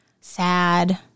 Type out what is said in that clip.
sad